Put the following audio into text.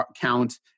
count